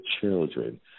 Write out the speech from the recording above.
children